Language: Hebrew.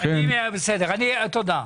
תודה.